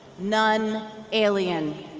none alien